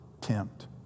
tempt